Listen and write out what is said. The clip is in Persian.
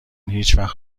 هیچوقت